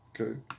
Okay